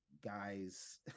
guys